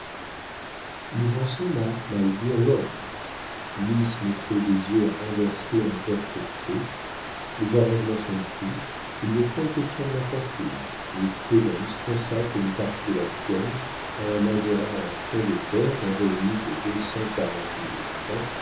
nous en sommes à my dear love miss me fait des yeux à renverser un portefaix les arrangements sont pris il n'est point question de ma fortune miss stevens consacre une partie de la sienne à un majorat en fonds de terre d'un revenu de